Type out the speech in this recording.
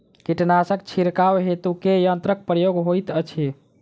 कीटनासक छिड़काव हेतु केँ यंत्रक प्रयोग होइत अछि?